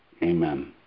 Amen